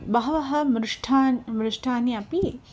बहवः मिष्टान् मिष्टाः अपि